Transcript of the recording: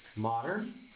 modern?